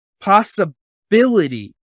possibility